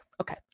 Okay